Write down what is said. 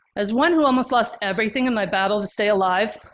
as one who almost lost everything in my battle to stay alive,